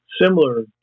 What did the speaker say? similar